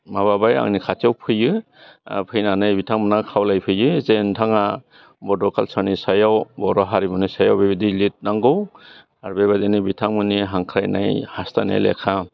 माबाबाय आंनि खाथियाव फैयो फैनानै बिथांमोना खावलायफैयो जे नोंथांआ बड' कालसारनि सायाव बर' हारिमुनि सायाव बेबायदि लिरनांगौ आरो बेबायदिनो बिथांमोननि हांख्रायनाय हास्थायनाय लेखा